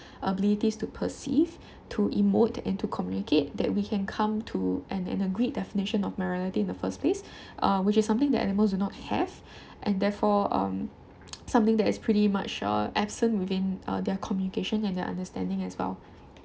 abilities to perceive to emote and to communicate that we can come to an an agreed definition of morality in the first place uh which is something that animals do not have and therefore um something that is pretty much uh absent within uh their communication and their understanding as well